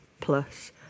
plus